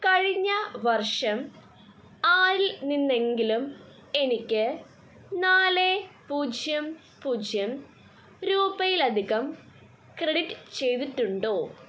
കഴിഞ്ഞ വർഷം ആരിൽ നിന്നെങ്കിലും എനിക്ക് നാല് പൂജ്യ പൂജ്യം രൂപയിൽ അധികം ക്രെഡിറ്റ് ചെയ്തിട്ടുണ്ടോ